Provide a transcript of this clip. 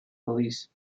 police